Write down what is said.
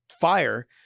fire